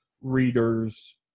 readers